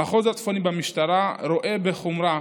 המחוז הצפוני במשטרה רואה בחומרה